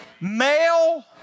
Male